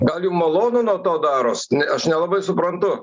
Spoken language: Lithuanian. gal jum malonu nuo to daros aš nelabai suprantu